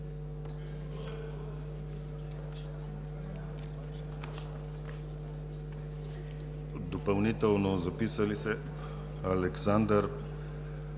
Допълнително записали се: Александър Сабанов,